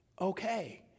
okay